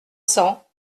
cents